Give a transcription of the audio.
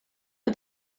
you